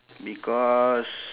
because